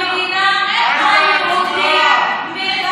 זאת מדינה יהודית, כן,